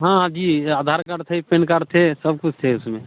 हाँ हाँ जी आधार कार्ड थे पेन कार्ड थे सब कुछ थे उसमें